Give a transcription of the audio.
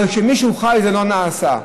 אבל כשמישהו חי, זה לא נעשה.